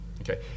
Okay